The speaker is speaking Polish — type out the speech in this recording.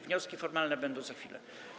Wnioski formalne będą za chwilę.